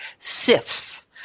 SIFs